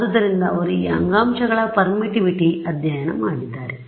ಆದ್ದರಿಂದ ಅವರು ಈ ಅಂಗಾಂಶಗಳ ಪರ್ಮಿಟಿವಿಟಿಅಧ್ಯಯನ ಮಾಡಿದ್ದಾರೆ